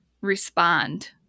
respond